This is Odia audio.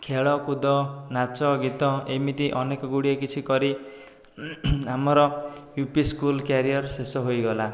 ଖେଳକୁଦ ନାଚଗୀତ ଏମିତି ଅନେକଗୁଡ଼ିଏ କିଛି କରି ଆମର ୟୁ ପି ସ୍କୁଲ୍ କ୍ୟାରିୟର୍ ଶେଷ ହୋଇଗଲା